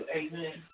amen